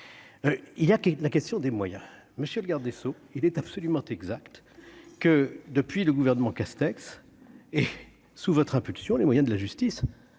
il y a que la question des moyens, monsieur le garde des Sceaux, il est absolument exact que depuis le gouvernement Castex et. Sous votre impulsion, les moyens de la justice